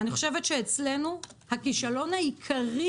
אצלנו הכישלון העיקרי